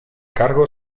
cargo